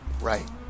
Right